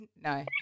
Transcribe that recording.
No